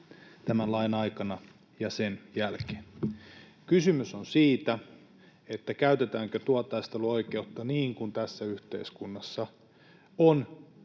tämän lain aikana ja sen jälkeen. Kysymys on siitä, käytetäänkö työtaisteluoikeutta niin kuin tässä yhteiskunnassa on